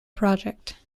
project